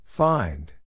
Find